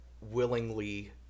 willingly